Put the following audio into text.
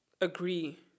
agree